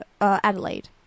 Adelaide